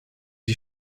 die